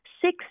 six